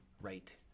Right